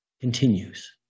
continues